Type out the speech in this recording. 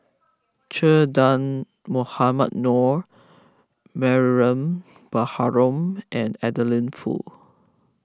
Che Dah Mohamed Noor Mariam Baharom and Adeline Foo